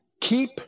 Keep